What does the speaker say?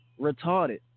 retarded